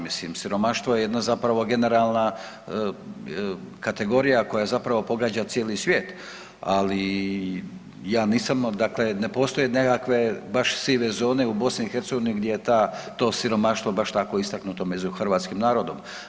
Mislim siromaštvo je jedna zapravo generalna kategorija koja zapravo pogađa cijeli svijet, ali ja nisam dakle, ne postoje nekakve baš sive zone u Bosni i Hercegovini gdje je to siromaštvo baš tako istaknuto među hrvatskim narodom.